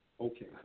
Okay